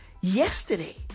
Yesterday